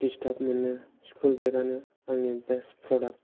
disturb मोनो school bag आनो आंनि बेस्ट प्रडाक्ट